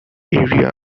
area